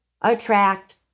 attract